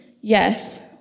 Yes